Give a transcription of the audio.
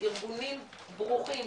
ארגונים ברוכים,